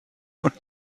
und